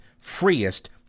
freest